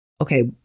okay